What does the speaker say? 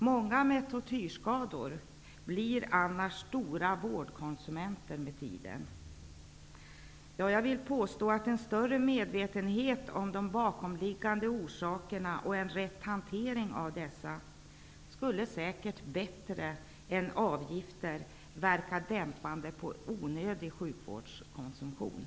Många med tortyrskador blir annars med tiden stora vårdkonsumenter. Jag vill påstå att en större medvetenhet om de bakomliggande orsakerna och en riktig hantering av dessa säkert bättre än avgifter skulle verka dämpande på onödig sjukvårdskonsumtion.